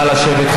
נא לשבת.